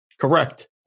Correct